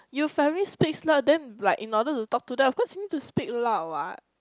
you family speak loud then like in order to talk to them of course you need to speak loud what